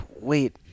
wait